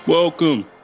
Welcome